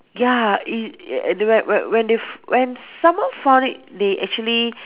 ya it a~ when when when they f~ when someone found it they actually